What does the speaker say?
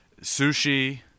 sushi